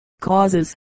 Causes